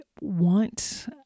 want